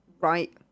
right